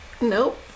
Nope